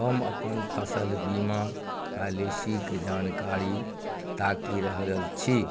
हम अपन फसिल बीमा पाॅलिसीके जानकारी ताकि रहल छी